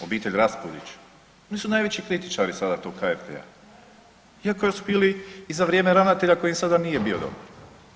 Obitelj Raspudić, oni su najveći kritičari sada tog HRT-a iako su bili i za vrijeme ravnatelja koji im sada nije bio dobar.